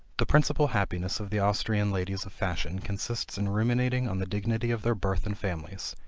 the principal happiness of the austrian ladies of fashion consists in ruminating on the dignity of their birth and families,